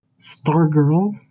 Stargirl